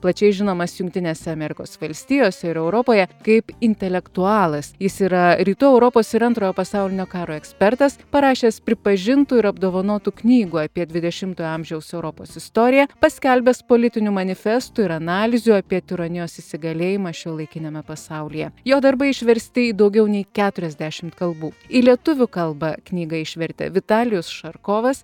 plačiai žinomas jungtinėse amerikos valstijose ir europoje kaip intelektualas jis yra rytų europos ir antrojo pasaulinio karo ekspertas parašęs pripažintų ir apdovanotų knygų apie dvidešimtojo amžiaus europos istoriją paskelbęs politinių manifestų ir analizių apie tironijos įsigalėjimą šiuolaikiniame pasaulyje jo darbai išversti į daugiau nei keturiasdešimt kalbų į lietuvių kalbą knygą išvertė vitalijus šarkovas